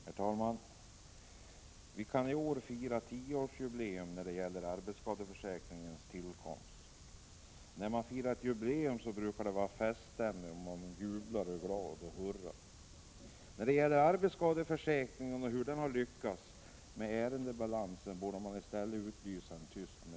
Herr talman! Vi kan i år fira tioårsjubileum av arbetsskadeförsäkringens tillkomst. När man firar jubileer brukar det vara feststämning och man jublar och hurrar. När det gäller arbetsskadeförsäkringen och dess ärendebalans borde man i stället utlysa en tyst minut.